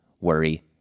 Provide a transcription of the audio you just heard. worry